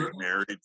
Married